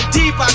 deep